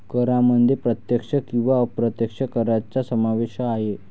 करांमध्ये प्रत्यक्ष किंवा अप्रत्यक्ष करांचा समावेश आहे